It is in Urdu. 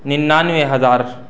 ننانوے ہزار